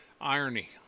Irony